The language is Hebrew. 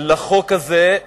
לחוק הזה,